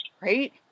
right